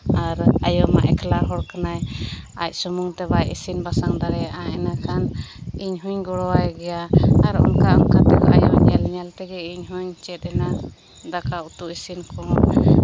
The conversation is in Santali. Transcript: ᱟᱨ ᱟᱭᱳ ᱢᱟ ᱮᱠᱞᱟ ᱦᱚᱲ ᱠᱟᱱᱟᱭ ᱟᱡ ᱥᱩᱢᱩᱝ ᱛᱮ ᱵᱟᱭ ᱤᱥᱤᱱ ᱵᱟᱥᱟᱝ ᱫᱟᱲᱮᱭᱟᱜᱼᱟ ᱤᱱᱟᱹᱠᱷᱟᱱ ᱤᱧ ᱦᱚᱸᱧ ᱜᱚᱲᱚᱣᱟᱭ ᱜᱮᱭᱟ ᱟᱨ ᱚᱱᱠᱟ ᱚᱱᱠᱟᱛᱮ ᱟᱭᱳ ᱧᱮᱞ ᱧᱮᱞ ᱛᱮᱜᱮ ᱤᱧ ᱦᱚᱸᱧ ᱪᱮᱫ ᱮᱱᱟ ᱫᱟᱠᱟ ᱩᱛᱩ ᱤᱥᱤᱱ ᱠᱚᱦᱚᱸ